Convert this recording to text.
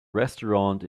restaurant